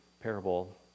parable